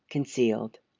concealed.